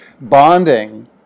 bonding